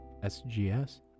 SGS